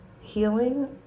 healing